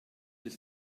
des